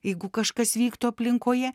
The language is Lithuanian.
jeigu kažkas vyktų aplinkoje